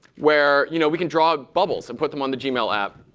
where you know we can draw bubbles and put them on the gmail app.